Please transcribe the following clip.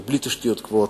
זה בלי תשתיות קבועות,